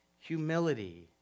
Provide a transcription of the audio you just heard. Humility